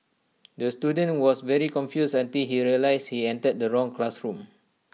the student was very confused until he realised he entered the wrong classroom